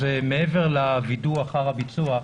מעבר לווידוא אחר הביצוע,